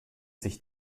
sich